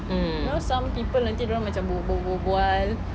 you know some people nanti dorang macam berbual berbual